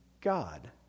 God